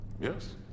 Yes